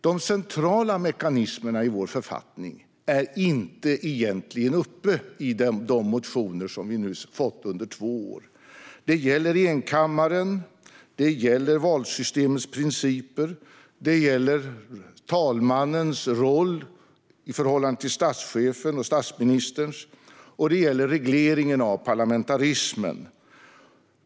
De centrala mekanismerna i vår författning tas egentligen inte upp i de motioner som vi nu har fått under två år. Det gäller enkammaren, principer för valsystem, talmannens roll i förhållande till statschefen och statsministern samt regleringen av parlamentarismen.